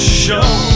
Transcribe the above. show